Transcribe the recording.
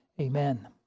Amen